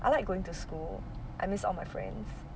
I like going to school I miss all my friends